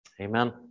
Amen